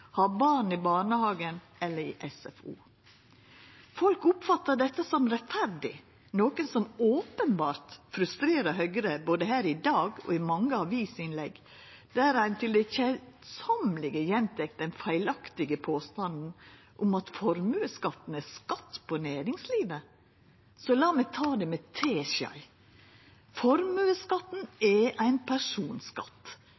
barn i barnehage eller SFO. Folk oppfattar dette som rettferdig, noko som openbert frustrerer Høgre både her i dag og i mange avisinnlegg der ein til det keisame gjentek den feilaktige påstanden om at formuesskatten er skatt på næringslivet. La meg ta det med teskei: Formuesskatten